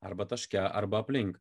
arba taške arba aplink